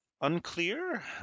Unclear